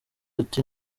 ati